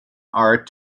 art